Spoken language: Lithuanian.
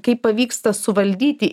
kaip pavyksta suvaldyti